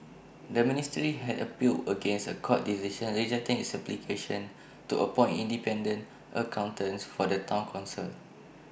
the ministry had appealed against A court decision rejecting its application to appoint independent accountants for the Town Council